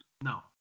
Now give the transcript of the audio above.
No